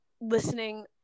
listening